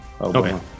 okay